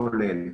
כולל.